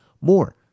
more